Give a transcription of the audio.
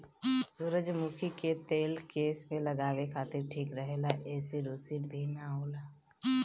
सुजरमुखी के तेल केस में लगावे खातिर ठीक रहेला एसे रुसी भी ना होला